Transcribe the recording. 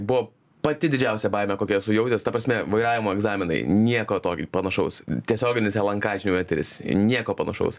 buo pati didžiausia baimė kokią esu jautęs ta prasme vairavimo egzaminai nieko tok panašaus tiesioginis lnk žinių eteris nieko panašaus